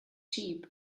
cheap